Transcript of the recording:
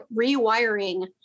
rewiring